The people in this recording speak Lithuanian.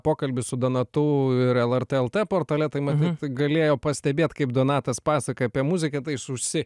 pokalbį su donatu ir lrt lt portale tai matyt galėjo pastebėt kaip donatas pasakoja apie muziką tai jis užsi